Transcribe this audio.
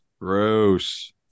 Gross